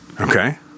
Okay